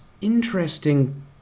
interesting